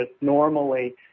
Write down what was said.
normally